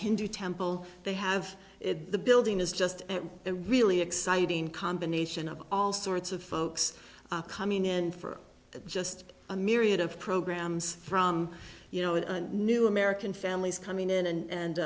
hindu temple they have the building is just a really exciting combination of all sorts of folks coming in for just a myriad of programs from you know new american families coming in